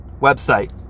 website